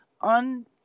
on